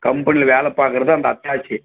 கம்பெனியில் வேலை பாக்குற அந்த அத்தாட்சி